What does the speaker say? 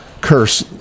curse